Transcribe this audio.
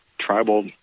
tribal